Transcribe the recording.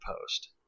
post